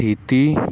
ਸਥਿਤੀ